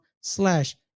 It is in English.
slash